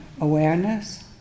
awareness